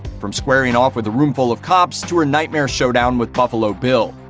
from squaring off with a roomful of cops to her nightmare showdown with buffalo bill.